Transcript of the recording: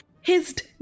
hissed